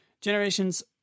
Generations